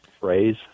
phrase